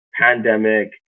pandemic